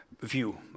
view